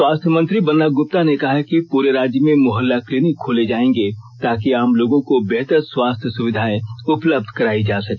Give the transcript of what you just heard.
स्वास्थ्य मंत्री बन्ना गुप्ता ने कहा है कि पूरे राज्य में मुहल्ला क्लीनिक खोले जायेंगे ताकि आम लोगों को बेहतर स्वास्थ्य सुविधाएं उपलब्ध करायी जा सके